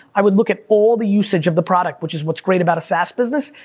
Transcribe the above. i would look at all the usage of the product, which is what's great about a saas business,